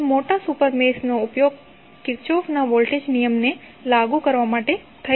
હવે મોટા સુપર મેશનો ઉપયોગ કિર્ચોફના વોલ્ટેજ નિયમને લાગુ કરવા માટે થઈ શકે છે